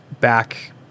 back